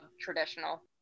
traditional